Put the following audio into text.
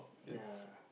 ya